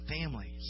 families